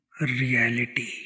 reality